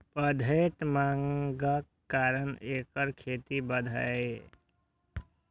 बढ़ैत मांगक कारण एकर खेती बढ़लैए